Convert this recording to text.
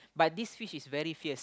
but this fish is very fierce